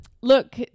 Look